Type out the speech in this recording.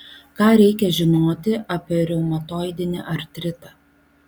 ką reikia žinoti apie reumatoidinį artritą